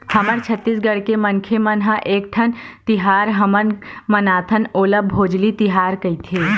हमर छत्तीसगढ़ के मनखे मन ह एकठन तिहार हमन मनाथन ओला भोजली तिहार कइथे